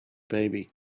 baby